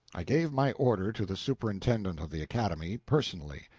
i gave my order to the superintendent of the academy personally.